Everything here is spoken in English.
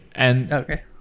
Okay